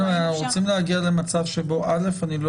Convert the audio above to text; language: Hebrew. אנחנו רוצים להגיע למצב שבו א' אני לא